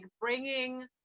bringing